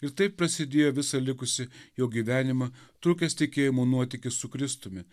ir taip prasidėjo visą likusį jo gyvenimą trukęs tikėjimo nuotykis su kristumi